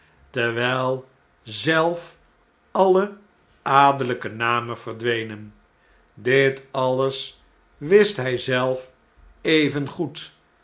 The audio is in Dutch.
terwijl zelf alle adellpe namen verdwenen dit alles wist hjj zelf